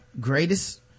greatest